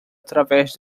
através